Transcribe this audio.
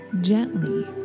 gently